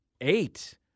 Eight